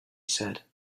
said